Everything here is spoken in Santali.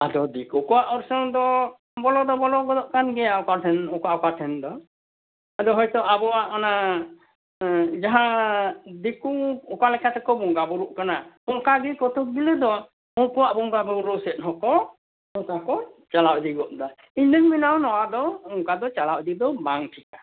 ᱟᱫᱚ ᱫᱤᱠᱩ ᱠᱚᱣᱟᱜ ᱚᱨᱥᱚᱝ ᱫᱚ ᱵᱚᱞᱚ ᱫᱚ ᱵᱚᱞᱚ ᱜᱚᱫᱚᱜ ᱠᱟᱱᱜᱮᱭᱟ ᱚᱠᱟ ᱴᱷᱮᱱ ᱚᱠᱟ ᱚᱠᱟ ᱴᱷᱮᱱ ᱫᱚ ᱟᱫᱚ ᱦᱳᱭᱛᱚ ᱟᱵᱚᱭᱟᱜ ᱚᱱᱟ ᱡᱟᱦᱟᱸ ᱫᱤᱠᱩ ᱚᱠᱟᱞᱮᱠᱟ ᱛᱮᱠᱚ ᱵᱚᱝᱜᱟ ᱵᱩᱨᱩᱜ ᱠᱟᱱᱟ ᱛᱚ ᱚᱱᱠᱟᱜᱮ ᱠᱚᱛᱚᱠ ᱜᱩᱞᱤ ᱫᱚ ᱩᱱᱠᱩᱭᱟᱜ ᱵᱚᱝᱜᱟ ᱵᱩᱨᱩ ᱥᱮᱫ ᱦᱚᱸᱠᱚ ᱱᱚᱝᱠᱟ ᱠᱚ ᱪᱟᱞᱟᱣ ᱤᱫᱤ ᱜᱚᱫᱼᱮᱫᱟ ᱤᱧᱫᱩᱧ ᱢᱮᱱᱟ ᱱᱚᱣᱟ ᱫᱚ ᱚᱱᱠᱟ ᱫᱚ ᱪᱟᱞᱟᱜ ᱤᱫᱤ ᱫᱚ ᱵᱟᱝ ᱴᱷᱤᱠᱟ